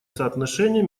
соотношения